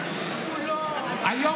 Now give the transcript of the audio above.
והוא